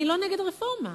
אני לא נגד רפורמה,